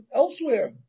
elsewhere